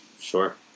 Sure